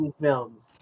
films